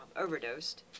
overdosed